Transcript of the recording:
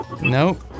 Nope